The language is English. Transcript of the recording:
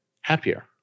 happier